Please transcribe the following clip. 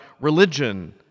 religion